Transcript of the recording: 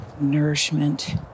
nourishment